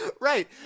Right